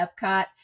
Epcot